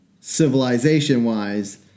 civilization-wise